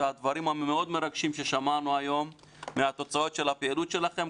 והדברים המאוד מרגשים ששמענו היום מהתוצאות של הפעילות שלכם.